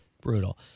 Brutal